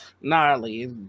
Gnarly